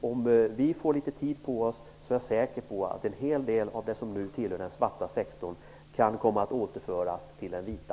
Om vi får litet tid på oss är jag säker på att en hel del av det som tillhör den svarta sektorn kan komma att återföras till den vita.